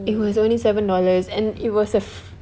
it was only seven dollars and it was a f~